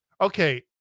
okay